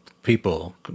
people